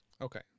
okay